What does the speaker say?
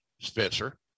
Spencer